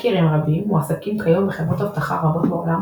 האקרים רבים מועסקים כיום בחברות אבטחה רבות בעולם